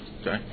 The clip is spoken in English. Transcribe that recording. Okay